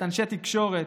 אנשי תקשורת,